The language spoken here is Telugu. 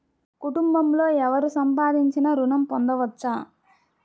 కుటుంబంలో ఎవరు సంపాదించినా ఋణం పొందవచ్చా?